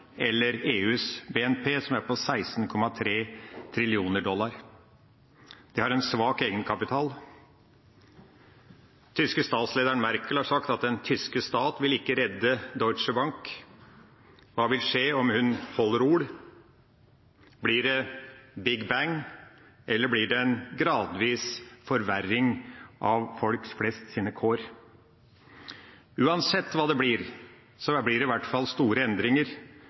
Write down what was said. eller EUs BNP, som er på 16,3 trillioner dollar. De har en svak egenkapital. Den tyske statslederen, Merkel, har sagt at den tyske stat ikke vil redde Deutsche Bank. Hva vil skje om hun holder ord? Blir det «big bang», eller blir det en gradvis forverring av folk flest sine kår? Uansett hva det blir, blir det i hvert fall store endringer,